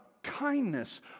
kindness